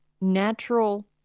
natural